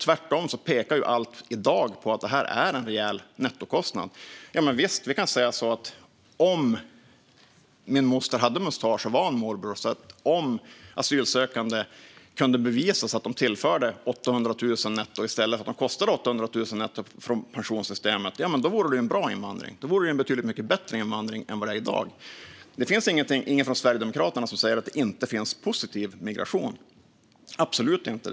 Tvärtom pekar allt i dag på att detta är en rejäl nettokostnad. Visst, vi kan säga att om min moster hade mustasch och var min morbror och om det kunde bevisas att asylsökande tillförde pensionssystemet 800 000 netto i stället för att kosta pensionssystemet 800 000 netto vore det en bra invandring. Då vore det en betydligt mycket bättre invandring än vad det är i dag. Det finns ingen från Sverigedemokraterna som säger att det inte finns positiv migration - absolut inte.